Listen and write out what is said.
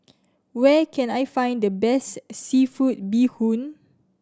where can I find the best seafood bee hoon